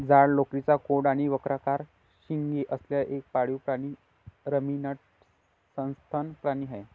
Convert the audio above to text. जाड लोकरीचा कोट आणि वक्राकार शिंगे असलेला एक पाळीव प्राणी रमिनंट सस्तन प्राणी आहे